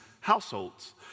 households